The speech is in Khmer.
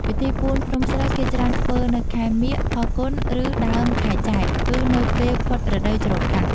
ពិធីពូនភ្នំសូ្រវគេច្រើនធ្វើនៅខែមាឃ-ផល្គុន ឬដើមខែចេត្រ គឺនៅពេលផុតរដូវច្រូតកាត់។